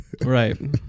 Right